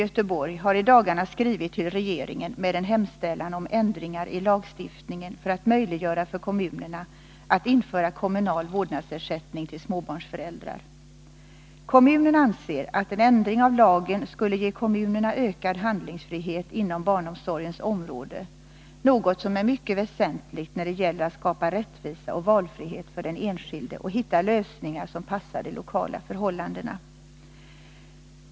Göteborg, har i dagarna skrivit till regeringen med en hemställan om ändringar i lagstiftningen för att möjliggöra för kommunerna att införa kommunal vårdnadsersättning till småbarnsföräldrar. Kommunen anser att en ändring av lagen skulle ge kommunerna ökad handlingsfrihet inom barnomsorgens område, något som är mycket väsentligt när det gäller att skapa rättvisa och valfrihet för den enskilde och hitta lösningar som passar de lokala förhållandena.